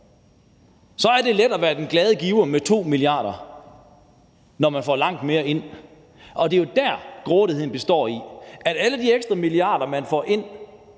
så er det let at være den glade giver med 2 mia. kr., når man får langt mere ind. Og det er jo det, grådigheden består i, altså at alle de ekstra milliarder, man får ind,